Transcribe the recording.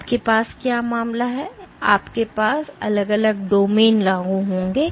तो आपके पास क्या मामला है इसलिए आपके पास अलग अलग डोमेन लागू होंगे